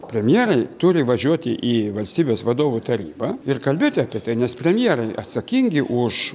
premjerai turi važiuoti į valstybės vadovų tarybą ir kalbėti apie tai nes premjerai atsakingi už